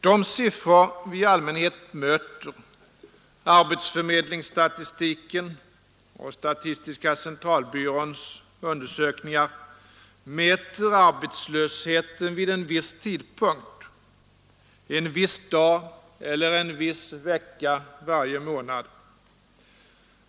De siffror som vi i allmänhet möter — arbetsförmedlingsstatistiken och statistiska centralbyråns undersökningar — mäter arbetslösheten vid en viss tidpunkt, en viss dag eller en viss vecka varje månad.